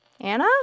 Anna